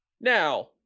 Now